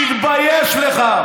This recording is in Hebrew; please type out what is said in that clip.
תתבייש לך.